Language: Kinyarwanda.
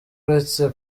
uretse